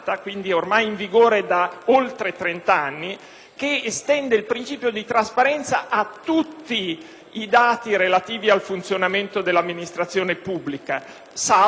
si estende il principio di trasparenza a tutti i dati relativi al funzionamento dell'amministrazione pubblica, salvo ovviamente quelli qualificati come riservati.